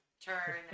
turn